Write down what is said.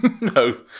No